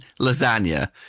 Lasagna